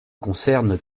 concernent